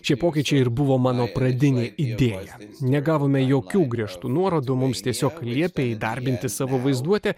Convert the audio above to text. šie pokyčiai ir buvo mano pradinė idėja negavome jokių griežtų nuorodų mums tiesiog liepė įdarbinti savo vaizduotę